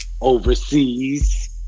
Overseas